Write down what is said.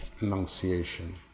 Annunciation